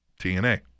TNA